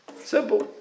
Simple